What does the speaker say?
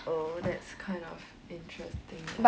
oh that's kind of interesting